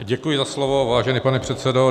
Děkuji za slovo, vážený pane předsedo.